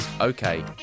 okay